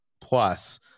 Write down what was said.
plus